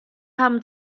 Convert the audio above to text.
haben